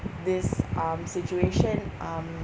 this um situation um